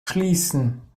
schließen